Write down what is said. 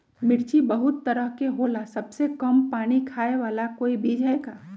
मिर्ची बहुत तरह के होला सबसे कम पानी खाए वाला कोई बीज है का?